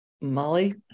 Molly